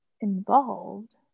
involved